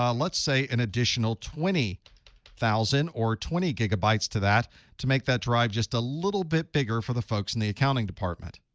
um let's say, an additional twenty thousand or twenty gigabytes to that to make that drive just a little bit bigger for the folks in the accounting department.